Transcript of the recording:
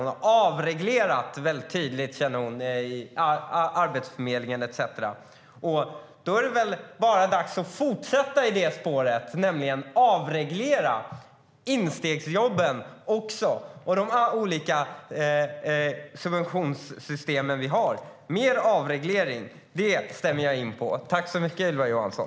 Hon har avreglerat Arbetsförmedlingen etcetera. Då är det väl bara att fortsätta på det spåret och också avreglera instegsjobben och de olika subventionssystem vi har. Mer avreglering stämmer jag in i. Tack så mycket, Ylva Johansson!